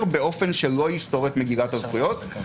מה זה לשיטתך להגביל את תוקפו?